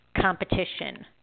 competition